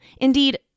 Indeed